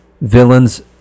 villains